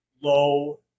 low